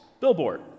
Billboard